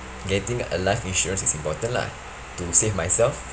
getting a life insurance is important lah to save myself